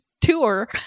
tour